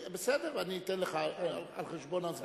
בסדר, אני אתן לך על חשבון הזמן.